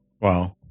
Wow